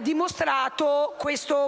dimostrata dal